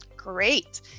Great